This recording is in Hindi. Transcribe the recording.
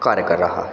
कार्य कर रहा है